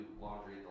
laundry